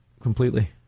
completely